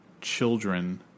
children